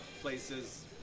places